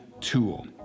tool